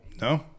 No